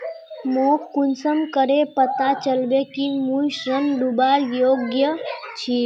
मोक कुंसम करे पता चलबे कि मुई ऋण लुबार योग्य छी?